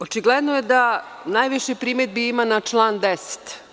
Očigledno je da najviše primedbi ima na član 10.